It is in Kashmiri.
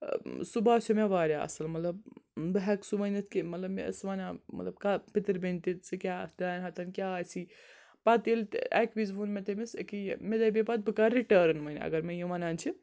سُہ باسیو مےٚواریاہ اصل مطلب بہٕ ہیٚکہٕ سُہ ؤنِتھ کہِ مطلب مےٚ ٲسۍ ونان مطلب پِتر بیٚنہِ ژٕ کیٚاہ اتھ ڈاین ہتن کیٛاہ آسی پَتہٕ ییٚلہِ اَکہِ وِز ووٚن مےٚ تٔمِس أکٛیاہ یہِ مےٚ دپے پَتہٕ بہٕ کَرٕ رِٹرٕن وۄن اگر مےٚ یہِ وَنان چھِ